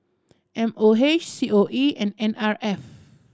M O H C O E and N R F